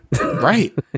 right